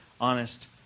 honest